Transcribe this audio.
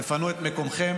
תפנו את מקומכם,